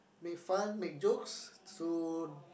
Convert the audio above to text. make fun make jokes so